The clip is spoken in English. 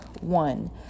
One